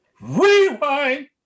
Rewind